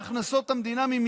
להקפיא.